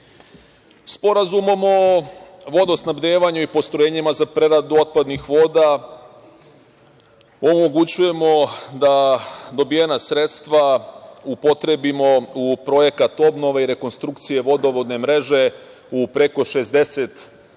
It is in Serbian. o vodosnabdevanju i postrojenjima za preradu otpadnih voda omogućujemo da dobijena sredstva upotrebimo u projekat obnove i rekonstrukcije vodovodne mreže u preko 60